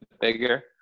bigger